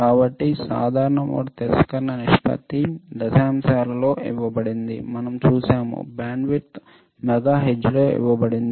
కాబట్టి సాధారణ మోడ్ తిరస్కరణ నిష్పత్తి దశాంశాలలో ఇవ్వబడింది మనం చూశాము బ్యాండ్విడ్త్ మెగాహెర్ట్జ్లో ఇవ్వబడింది